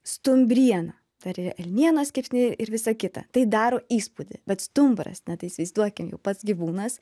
stumbriena dar ir elnienos kepsniai ir visa kita tai daro įspūdį bet stumbras na tai įsivaizduokim jau pats gyvūnas